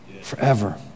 forever